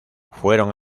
fueron